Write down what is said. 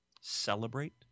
Celebrate